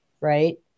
right